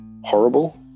horrible